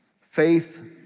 Faith